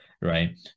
right